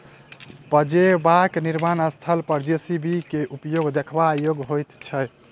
पजेबाक निर्माण स्थल पर जे.सी.बी के उपयोग देखबा योग्य होइत छै